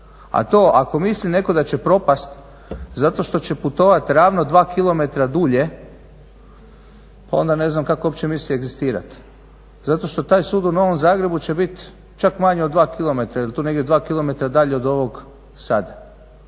A to ako misli netko da će propati zato što će putovati ravno 2km dulje pa onda ne znam kako uopće misli egzistirati. Zato što taj sud u Novom Zagrebu će biti čak manje od 2km jer je to negdje 2km dalje od ovog sada.